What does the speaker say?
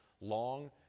long